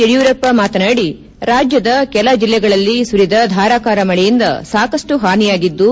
ಯಡಿಯೂರಪ್ಪ ಮಾತನಾಡಿ ರಾಜ್ಯದ ಕೆಲ ಜಿಲ್ಲೆಗಳಲ್ಲಿ ಸುರಿದ ಧಾರಾಕಾರ ಮಳೆಯಿಂದ ಸಾಕಷ್ಟು ಹಾನಿಯಾಗಿದ್ದು